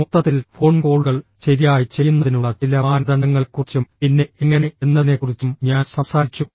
മൊത്തത്തിൽ ഫോൺ കോളുകൾ ശരിയായി ചെയ്യുന്നതിനുള്ള ചില മാനദണ്ഡങ്ങളെക്കുറിച്ചും പിന്നെ എങ്ങനെ എന്നതിനെക്കുറിച്ചും ഞാൻ സംസാരിച്ചു